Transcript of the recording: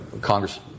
Congress